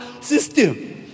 system